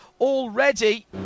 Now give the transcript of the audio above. already